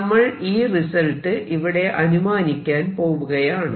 നമ്മൾ ഈ റിസൾട്ട് ഇവിടെ അനുമാനിക്കാൻ പോവുകയാണ്